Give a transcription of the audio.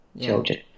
children